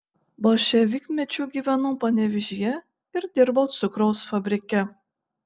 bolševikmečiu gyvenau panevėžyje ir dirbau cukraus fabrike